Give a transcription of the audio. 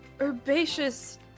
herbaceous